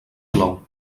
plou